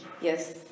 Yes